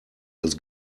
als